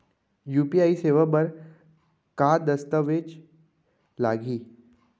UPI सेवा बर का का दस्तावेज लागही?